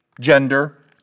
gender